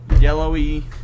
yellowy